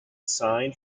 signed